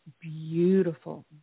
beautiful